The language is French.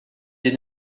des